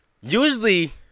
Usually